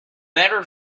better